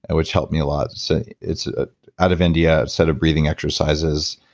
and which helped me a lot. so it's ah out of india set of breathing exercises,